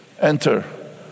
enter